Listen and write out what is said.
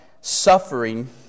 suffering